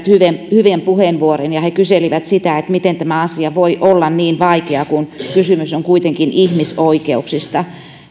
hyviä puheenvuoroja he kyselivät sitä miten tämä asia voi olla niin vaikea kun kysymys on kuitenkin ihmisoikeuksista